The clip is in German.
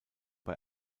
bei